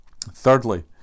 Thirdly